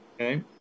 Okay